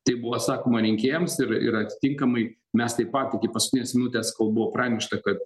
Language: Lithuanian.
tai buvo sakoma rinkėjams ir ir atitinkamai mes taip pat iki paskutinės minutės kol bu pranešta kad